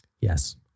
Yes